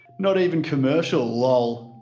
not even commercial, lol.